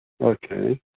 Okay